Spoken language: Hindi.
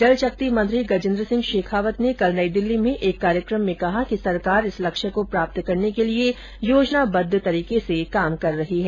जल शक्ति मंत्री गजेन्द्र सिंह शेखावत ने कल नई दिल्ली में एक कार्यक्रम में कहा कि सरकार इस लक्ष्य को प्राप्त करने के लिए योजनाबद्व तरीके से काम कर रही है